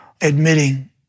Admitting